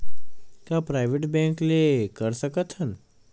का private bank ले कर सकत हन?